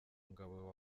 ngabo